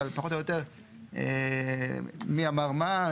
אבל פחות או יותר מי אמר מה,